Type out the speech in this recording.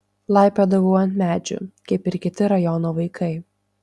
laipiodavau ant medžių kaip ir kiti rajono vaikai